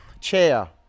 Chair